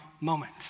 moment